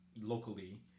locally